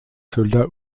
soldats